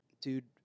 Dude –